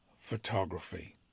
photography